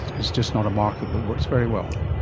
it's just not a market that works very well?